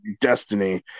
destiny